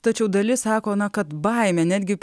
tačiau dalis sako na kad baimė netgi